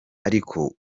ariko